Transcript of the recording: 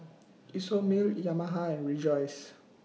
Isomil Yamaha and Rejoice